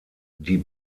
die